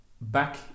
Back